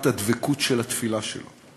את הדבקות בתפילה שלו.